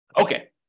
Okay